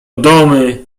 domy